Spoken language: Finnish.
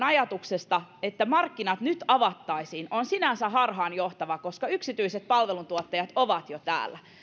ajatuksesta että markkinat nyt ikään kuin avattaisiin on sinänsä harhaanjohtava koska yksityiset palveluntuottajat ovat jo täällä